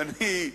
ואני,